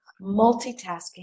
multitasking